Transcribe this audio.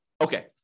Okay